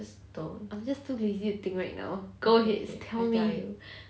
I'm just too lazy to think right now go ahead just tell me